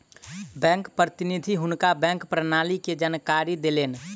bank प्रतिनिधि हुनका bank प्रणाली के जानकारी देलैन